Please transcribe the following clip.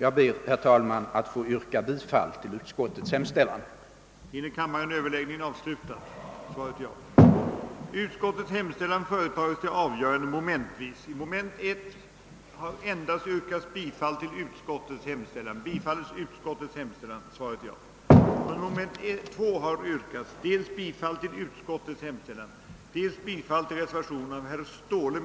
Jag ber, herr talman, att få yrka bifall till utskottets hemställan. Undertecknad anhåller härmed om ledighet från riksdagsgöromålen under tiden den 17 april—den 23 april 1968 för bevistande av Interparlamentariska Unionens